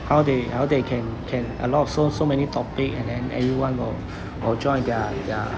how they how they can can a lot of so so many topic and then everyone will will join their their